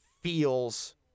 feels